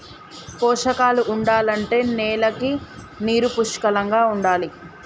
పోషకాలు ఉండాలంటే నేలకి నీరు పుష్కలంగా ఉండాలి